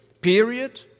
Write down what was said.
period